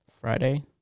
Friday